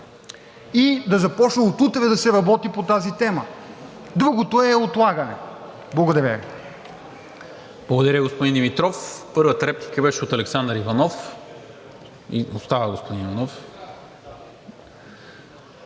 и да започне от утре да се работи по тези тема, а другото е отлагане. Благодаря